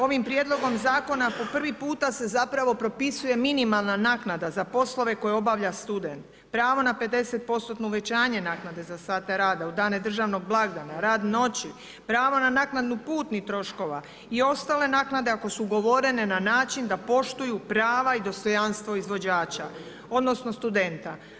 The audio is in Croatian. Ovim prijedlogom zakona po prvi puta se zapravo propisuje minimalna naknada za poslove koje obavlja student, pravo na 50% uvećanje naknade za sate rada u dane državnog blagdana, rad noću, pravo na naknadu putnih troškova i ostale naknade ako su ugovorene na način da poštuju prava i dostojanstvo izvođača, odnosno studenta.